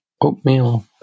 oatmeal